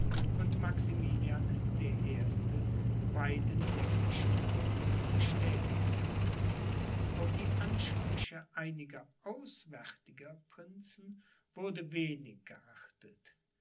und maximilian der erste beiden sächsischen häusern bestätigt hatte auf die ansprüche einiger auswärtiger prinzen wurde wenig geachtet